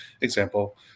example